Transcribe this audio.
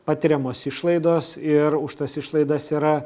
patiriamos išlaidos ir už tas išlaidas yra